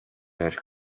air